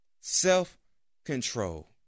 self-control